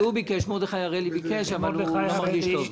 מרדכי הראלי ביקש אבל הוא לא מרגיש טוב.